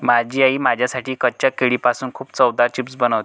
माझी आई माझ्यासाठी कच्च्या केळीपासून खूप चवदार चिप्स बनवते